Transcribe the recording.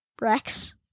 Rex